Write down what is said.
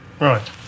right